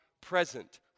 present